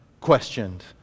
questioned